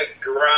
ground